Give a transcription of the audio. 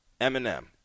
Eminem